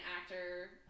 actor